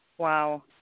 Wow